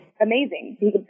amazing